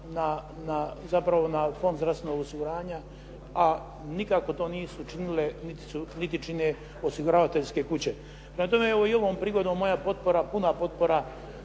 zapravo na Fond zdravstvenog osiguranja a nikako to nisu činile niti čine osiguravateljske kuće. Prema tome, evo i ovom prigodom moja potpora, puna potpora